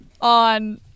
On